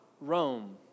Rome